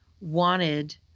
wanted